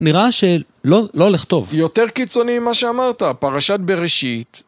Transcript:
נראה שלא הולך טוב. יותר קיצוני ממה שאמרת, פרשת בראשית.